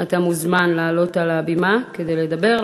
אתה מוזמן לעלות על הבימה כדי לדבר.